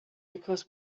because